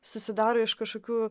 susidaro iš kažkokių